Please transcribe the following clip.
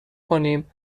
کنیم